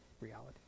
reality